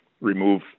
remove